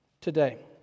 today